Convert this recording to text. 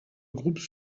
groupes